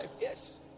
Yes